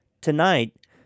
tonight